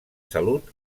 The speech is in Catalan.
salut